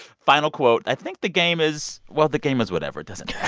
final quote i think the game is well, the game is whatever. it doesn't matter.